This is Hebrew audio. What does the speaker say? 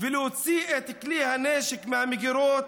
ולהוציא את כלי הנשק מהמגירות?